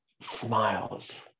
smiles